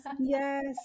yes